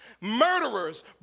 murderers